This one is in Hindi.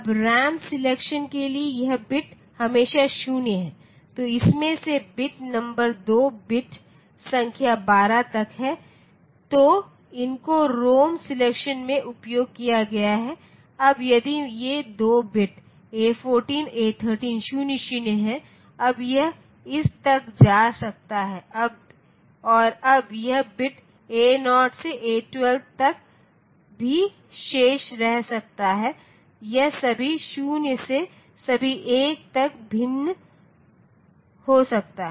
अब रेम सिलेक्शन के लिए यह बिट हमेशा 0 है तो इसमें से बिट नंबर 2 बिट संख्या 12 तक है तो इनको रोम सिलेक्शन में उपयोग किया गया है अब यदि ये 2 बिट्स 00 हैं अब यह इस तक जा सकता है और अब यह बिट A0 से A12 तक भी शेष रह सकता है यह सभी 0 से सभी 1 तक भिन्न हो सकता है